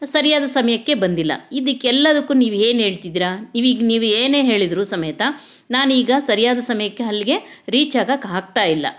ಸರಿಯಾದ ಸಮಯಕ್ಕೆ ಬಂದಿಲ್ಲ ಇದಕ್ಕೆಲ್ಲದುಕ್ಕು ನೀವು ಏನು ಹೇಳ್ತಿದ್ದೀರ ಇವಾಗ ನೀವು ಏನೇ ಹೇಳಿದರೂ ಸಮೇತ ನಾನೀಗ ಸರಿಯಾದ ಸಮಯಕ್ಕೆ ಅಲ್ಗೆ ರೀಚಾಗಕ್ಕೆ ಆಗ್ತಾ ಇಲ್ಲ